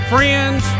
Friends